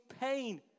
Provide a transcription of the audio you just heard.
pain